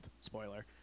Spoiler